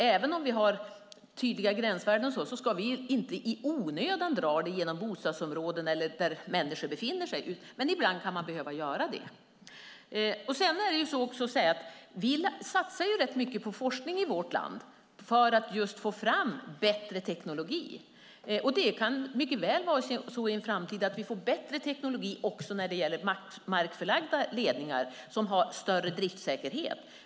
Även om det finns tydliga gränsvärden ska inte ledningar i onödan dras genom bostadsområden eller andra områden där människor befinner sig, men ibland kan det behöva göras. Vi satsar rätt mycket på forskning i vårt land för att få fram bättre teknik. Det kan mycket väl bli så i en framtid att det blir bättre teknik i fråga om markförlagda ledningar med större driftsäkerhet.